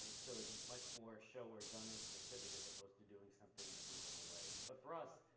so it's much more show or genre specific, as opposed to doing something in a global way. but for us,